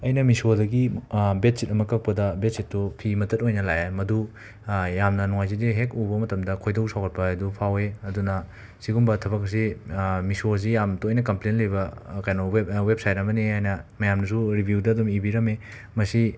ꯑꯩꯅ ꯃꯤꯁꯣꯗꯒꯤ bed sheet ꯑꯃ ꯀꯛꯄꯗ ꯕꯦꯠ ꯁꯤꯠꯇꯨ ꯐꯤ ꯃꯇꯠ ꯑꯣꯏꯅ ꯂꯥꯛꯑꯦ ꯃꯗꯨ ꯌꯥꯝꯅ ꯅꯨꯡꯉꯥꯏꯖꯗꯦ ꯍꯦꯛ ꯎꯕ ꯃꯇꯝꯗ ꯈꯣꯏꯗꯧ ꯁꯥꯎꯒꯠꯄ ꯍꯥꯏꯗꯨ ꯐꯥꯎꯋꯦ ꯑꯗꯨꯅ ꯁꯤꯒꯨꯝꯕ ꯊꯕꯛꯁꯤ ꯃꯤꯁꯣꯁꯤ ꯌꯥꯝꯅ ꯇꯣꯏꯅ ꯀꯝꯄ꯭ꯂꯦꯟ ꯂꯩꯕ ꯀꯩꯅꯣ ꯋꯦꯕ ꯋꯦꯕꯁꯥꯏꯠ ꯑꯃꯅꯦꯅ ꯃꯌꯥꯝꯅꯁꯨ ꯔꯤꯕ꯭ꯌꯨꯗ ꯑꯗꯨꯝ ꯏꯕꯤꯔꯝꯃꯤ ꯃꯁꯤ